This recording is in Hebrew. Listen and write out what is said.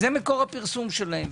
זה מקור הפרסום שלהם.